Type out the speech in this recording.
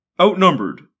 outnumbered